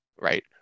right